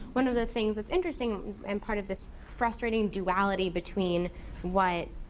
one of the things that's interesting and part of this frustrating duality between what